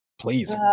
Please